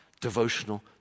devotional